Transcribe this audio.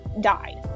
died